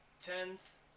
tenth